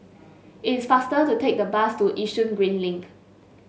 it's faster to take the bus to Yishun Green Link